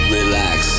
Relax